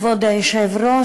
כבוד היושב-ראש,